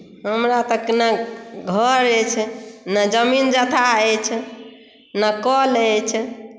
हमरा तऽ नहि घर अछि ने जमीन जथा अछि ने कल अछि